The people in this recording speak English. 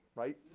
right?